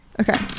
Okay